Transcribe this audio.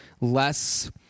less